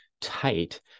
tight